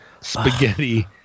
spaghetti